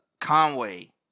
Conway